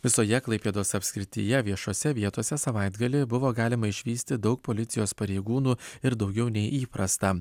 visoje klaipėdos apskrityje viešose vietose savaitgalį buvo galima išvysti daug policijos pareigūnų ir daugiau nei įprasta